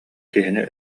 киһини